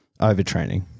overtraining